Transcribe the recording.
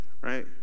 right